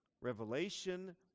revelation